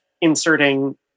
inserting